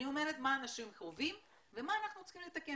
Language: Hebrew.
אני אומרת מה אנשים חווים ומה אנחנו צריכים לתקן.